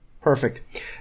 Perfect